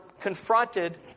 confronted